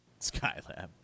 Skylab